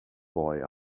boy